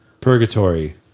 Purgatory